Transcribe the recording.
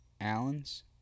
Allen's